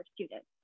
students